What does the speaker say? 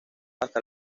hasta